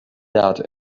out